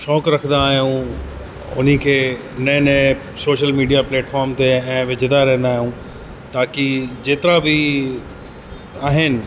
शौक़ु रखंदा आहियूं उन खे नए नए सोशल मीडिया प्लैटफॉर्म ते ऐं विझंदा रहंदा आहियूं ताकी जेतिरा बि आहिनि